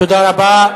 תודה רבה.